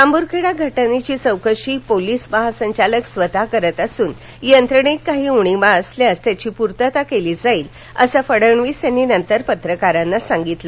जांभूरखेडा घटनेची चौकशी पोलिस महासंचालक स्वत करीत असून यंत्रणेत काही उणिवा असल्यास त्यांची पूर्वता केली जाईल असं फडणवीस यांनी नंतर पत्रकारांना सांगितलं